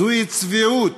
זוהי צביעות,